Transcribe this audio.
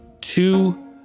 two